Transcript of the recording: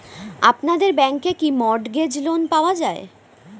আপনাদের ব্যাংকে কি মর্টগেজ লোন পাওয়া যায়?